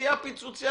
פיצוציה פיצוציה,